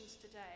today